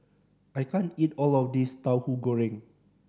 I can't eat all of this Tauhu Goreng